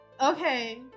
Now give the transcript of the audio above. okay